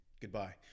Goodbye